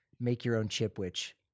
make-your-own-chip-witch